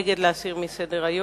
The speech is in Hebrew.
נגד, להסיר מסדר-היום.